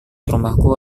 rumahku